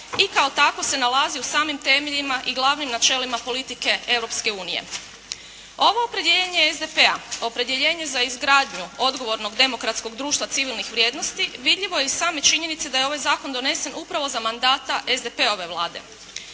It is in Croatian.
i kao takvo se nalazi u samim temeljima i glavnim načelima politike Europske unije. Ovo opredjeljenje SDP-a, opredjeljenje za izgradnju odgovornog demokratskog društva civilnih vrijednosti vidljivo je iz same činjenice da je ovaj zakon donesen upravo za mandata SDP-ove Vlade.